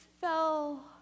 fell